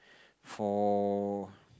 for